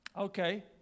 Okay